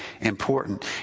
important